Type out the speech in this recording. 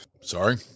Sorry